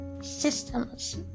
systems